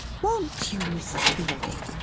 won't you, mrs. fielding?